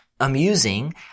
amusing